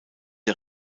der